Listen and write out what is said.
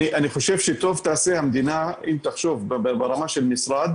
אני חושב שטוב תעשה המדינה אם תחשוב ברמה של משרד,